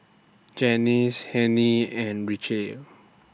Janice Hennie and Richelle